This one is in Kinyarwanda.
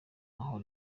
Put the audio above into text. aho